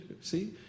see